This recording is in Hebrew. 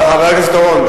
חבר הכנסת אורון,